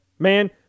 Man